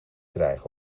krijgen